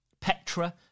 Petra